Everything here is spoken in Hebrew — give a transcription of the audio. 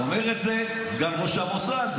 אומר את זה סגן ראש המוסד,